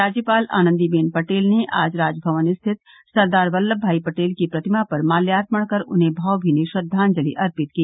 राज्यपाल आनंदी बेन पटेल ने आज राजभवन स्थित सरदार वल्लभ भाई पटेल की प्रतिमा पर माल्यार्पण कर उन्हें भावभीनी श्रद्वांजलि अर्पित की